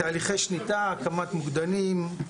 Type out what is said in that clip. תהליכי שליטה, הקמת מוקדנים,